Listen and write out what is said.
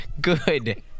Good